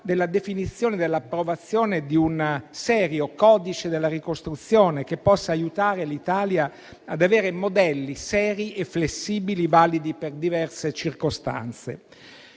- la definizione e l'approvazione di un serio codice della ricostruzione, che possa aiutare l'Italia ad avere modelli seri e flessibili, validi per diverse circostanze.